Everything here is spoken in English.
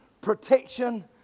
protection